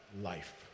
life